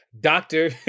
doctor